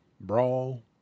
brawl